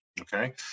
okay